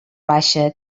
baixa